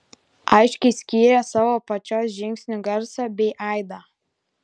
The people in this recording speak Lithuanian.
aiškiai skyrė savo pačios žingsnių garsą bei aidą